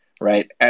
right